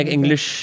English